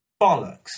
Bollocks